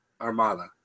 Armada